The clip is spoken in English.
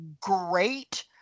great